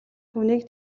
түүнийг